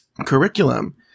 curriculum